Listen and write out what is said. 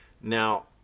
Now